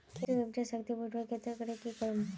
खेतेर उपजाऊ शक्ति बढ़वार केते की की करूम?